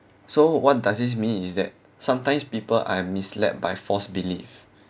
so what does this mean is that sometimes people are misled by false belief